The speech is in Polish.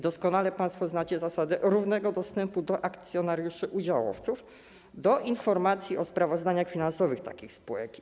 Doskonale państwo znacie zasadę równego dostępu akcjonariuszy, udziałowców do informacji o sprawozdaniach finansowych takich spółek.